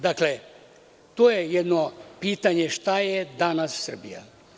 Dakle, to je jedno pitanje – šta je danas Srbija?